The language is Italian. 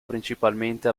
principalmente